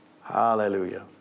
Hallelujah